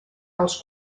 als